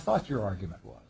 thought your argument was